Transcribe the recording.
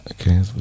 Okay